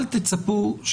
כן.